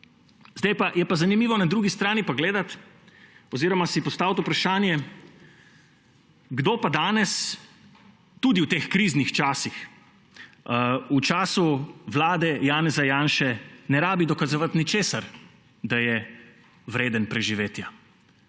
Je pa zanimivo na drugi strani gledati oziroma si postaviti vprašanje, kdo pa danes, tudi v teh kriznih časih, v času vlade Janeza Janše ne rabi dokazovati ničesar, da je vreden preživetja,